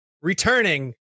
Returning